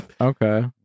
Okay